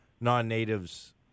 non-natives